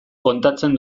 kontatzen